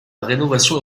rénovation